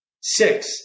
Six